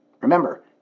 Remember